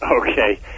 Okay